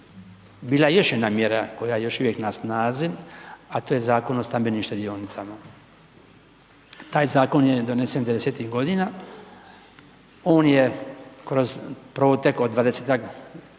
bila je još jedna mjera, koja je još uvijek na snazi, a to je Zakon o stambenim štedionicama. Taj zakon je donesen '90.g. on je kroz protek od 20-tak,